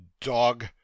dog